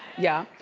yeah.